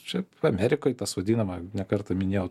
čia amerikoj tas vadinama ne kartą minėjau